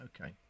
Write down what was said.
Okay